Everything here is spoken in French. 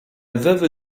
veuve